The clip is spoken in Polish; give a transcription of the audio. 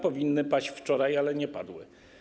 Powinny one paść wczoraj, ale nie padły.